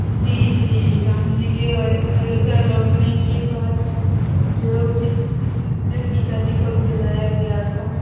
जी जी राम जी के अयोध्या लौटने के बाद जो जो है उसी घी का दीपक जलाया गया था